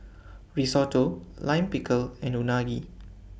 Risotto Lime Pickle and Unagi